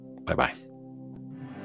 Bye-bye